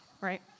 right